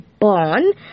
bond